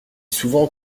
souvent